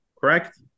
correct